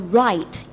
right